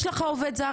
יש לך עובד זר,